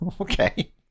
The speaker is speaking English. Okay